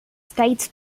state